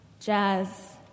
jazz